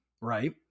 right